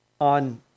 on